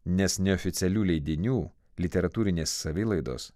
nes neoficialių leidinių literatūrinės savilaidos